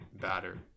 batter